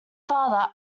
father